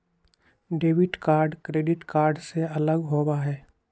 debit card credit card से अलग होबा हई